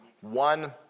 one